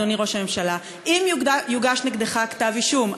אדוני ראש הממשלה: אם יוגש נגדך כתב אישום,